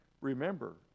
remember